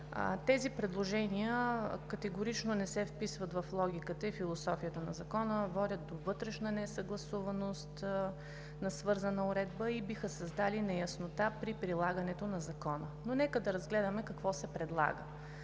Тези предложения категорично не се вписват в логиката и философията на Закона, водят до вътрешна несъгласуваност на свързана уредба и биха създали неяснота при прилагането на Закона. Нека да разгледаме какво се предлага